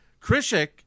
Krishik